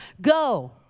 go